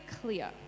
clear